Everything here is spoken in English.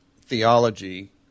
theology